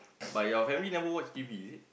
but your family never watch T_V is it